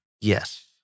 Yes